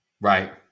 Right